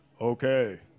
Okay